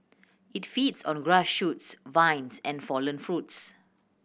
it feeds on grass shoots vines and fallen fruits